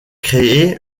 créée